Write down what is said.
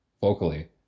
vocally